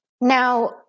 Now